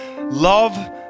love